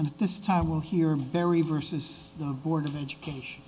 and this time we'll hear him very versus the board of education